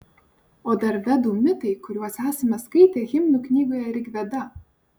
o dar vedų mitai kuriuos esame skaitę himnų knygoje rigveda